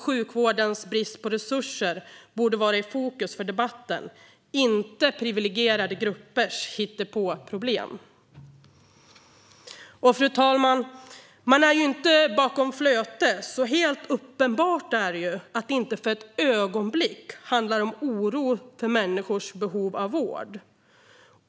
Sjukvårdens brist på resurser borde vara i fokus för debatten, inte privilegierade gruppers hittepåproblem. Och, fru talman, man är ju inte bakom flötet, så helt uppenbart är att detta inte för ett ögonblick handlar om oro för människors behov av vård.